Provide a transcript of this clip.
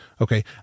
okay